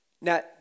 Now